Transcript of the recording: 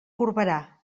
corberà